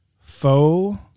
faux